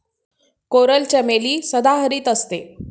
coral चमेली सदाहरित असते